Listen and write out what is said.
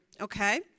Okay